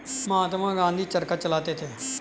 महात्मा गांधी चरखा चलाते थे